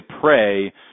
pray